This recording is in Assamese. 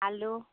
আলু